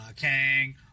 Kang